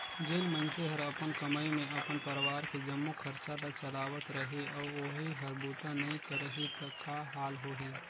जेन मइनसे हर अपन कमई मे अपन परवार के जम्मो खरचा ल चलावत रही अउ ओही हर बूता नइ करही त का हाल होही